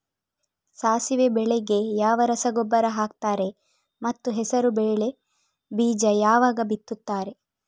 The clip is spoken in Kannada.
ಸಾಸಿವೆ ಬೆಳೆಗೆ ಯಾವ ರಸಗೊಬ್ಬರ ಹಾಕ್ತಾರೆ ಮತ್ತು ಹೆಸರುಬೇಳೆ ಬೀಜ ಯಾವಾಗ ಬಿತ್ತುತ್ತಾರೆ?